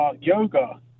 yoga